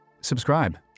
Subscribe